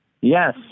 yes